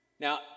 Now